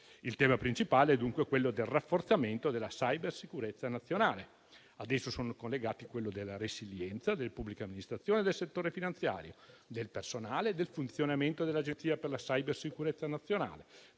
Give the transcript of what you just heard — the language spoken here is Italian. Il tema principale è dunque quello del rafforzamento della cybersicurezza nazionale. Ad esso sono collegati quello della resilienza delle pubbliche amministrazioni, del settore finanziario, del personale, del funzionamento dell'Agenzia per la cybersicurezza nazionale,